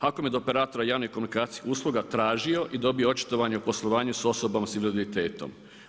HAKOM je od operatora javnih komunikacijskih usluga tražio i dobio očitovanje o poslovanju sa osobama sa invaliditetom.